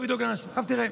עכשיו, תראה,